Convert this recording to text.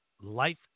Life